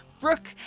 Brooke